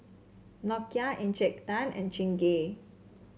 Nokia Encik Tan and Chingay